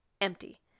empty